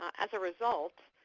as a result,